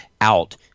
out